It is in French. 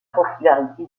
popularité